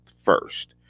first